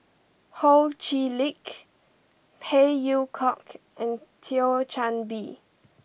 Ho Chee Lick Phey Yew Kok and Thio Chan Bee